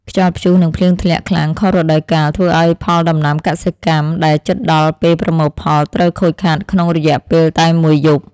ខ្យល់ព្យុះនិងភ្លៀងធ្លាក់ខ្លាំងខុសរដូវកាលធ្វើឱ្យផលដំណាំកសិកម្មដែលជិតដល់ពេលប្រមូលផលត្រូវខូចខាតក្នុងរយៈពេលតែមួយយប់។